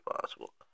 possible